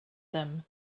them